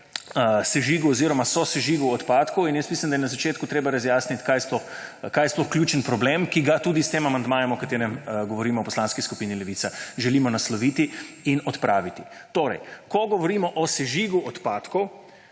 sežigu oziroma sosežigu odpadkov. Mislim, da je na začetku treba razjasniti, kaj je sploh ključni problem, ki ga tudi s tem amandmajem, o katerem govorimo, v Poslanski skupini Levica želimo nasloviti in odpraviti. Ko govorimo o sežigu odpadkov,